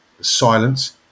silence